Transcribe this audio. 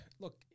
look